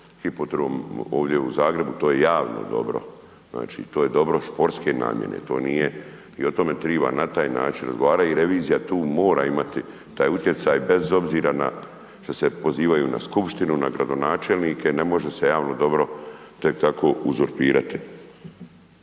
hipodrom ovdje u Zagrebu to je javno dobro, znači to je dobro športske namjene. To nije i o tome treba na taj način razgovarati i revizija tu mora imati taj utjecaj bez obzira što se pozivaju na skupštinu, na gradonačelnike, ne može se javno dobro tek tako uzurpirati.